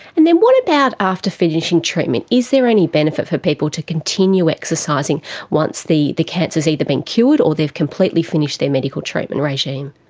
and then what about after finishing treatment, is there any benefit for people to continue exercising once the the cancer has been either been cured or they have completely finished their medical treatment regime?